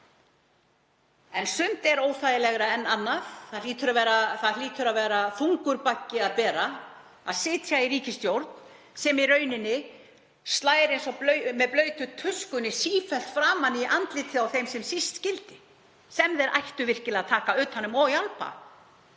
En sumt er óþægilegra en annað. Það hlýtur að vera þungur baggi að bera að sitja í ríkisstjórn sem slær eins og með blautri tusku sífellt framan í andlitið á þeim sem síst skyldi, þeim sem þeir ættu virkilega að taka utan um og hjálpa.